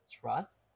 trust